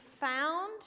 found